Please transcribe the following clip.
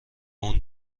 اون